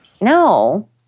No